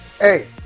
Hey